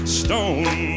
stone